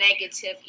negative